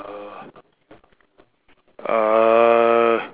uh